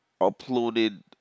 uploaded